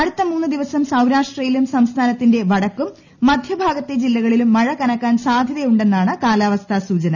അടുത്ത മൂന്നു ദിവസം സൌരാഷ്ട്രയിലും സംസ്ഥാനത്തിന്റെ വടക്കും മധ്യഭാഗത്തെ ജില്ലകളിലും മഴ കനക്കാൻ സാധ്യതയുണ്ടെന്നാണ് കാലാവസ്ഥാ സൂചന